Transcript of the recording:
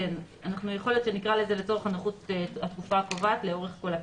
יכול להיות שנקרא לזה לצורך הנוחות "התקופה הקובעת" לאורך כל הפרק.